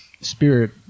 spirit